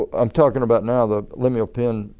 ah i'm talking about now though, lemuel penn,